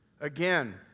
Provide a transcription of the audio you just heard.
again